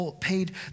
paid